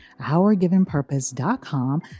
OurGivenPurpose.com